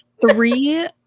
three